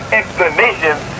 explanations